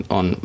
on